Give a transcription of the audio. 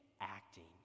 acting